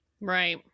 Right